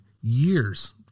years